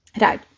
Right